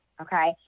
okay